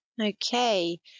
Okay